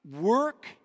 work